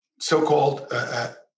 so-called